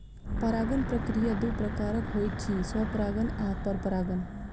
परागण प्रक्रिया दू प्रकारक होइत अछि, स्वपरागण आ परपरागण